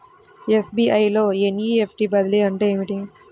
SBI లో NEFT బదిలీ అంటే ఏమిటి?